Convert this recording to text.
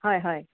হয় হয়